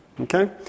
Okay